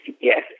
Yes